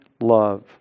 love